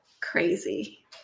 crazy